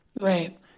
Right